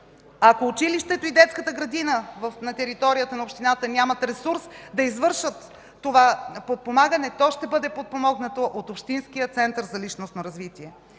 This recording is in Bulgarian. Ако училището и детската градина на територията на общината нямат ресурс да извършат това подпомагане, то ще бъде подпомогнато от общинския център за личностно развитие.